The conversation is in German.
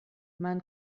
man